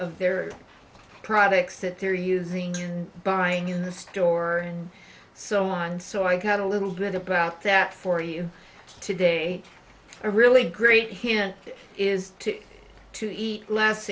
of their products that they're using buying in the store and so on so i got a little bit about that for you today a really great hint is to to eat less